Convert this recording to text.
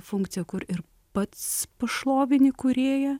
funkciją kur ir pats pašlovini kūrėja